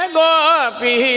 gopi